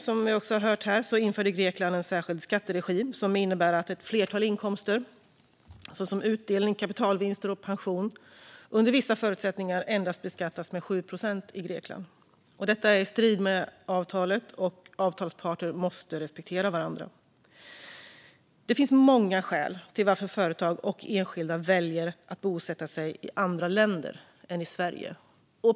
Som vi också har hört här införde Grekland 2020 en särskild skatteregim som innebär att ett flertal inkomster, såsom utdelning, kapitalvinster och pension, under vissa förutsättningar endast beskattas med 7 procent i Grekland. Detta är i strid med avtalet, och avtalsparter måste respektera varandra. Det finns många skäl till att företag och enskilda väljer att bosätta sig i andra länder än Sverige.